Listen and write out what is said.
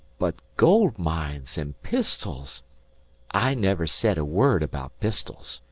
but gold-mines and pistols i never said a word about pistols,